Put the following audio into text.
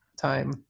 Time